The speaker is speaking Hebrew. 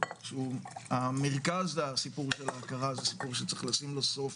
שהוא המרכז הסיפור של ההכרה זה סיפור שצריך לשים לו סוף,